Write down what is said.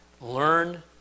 Learn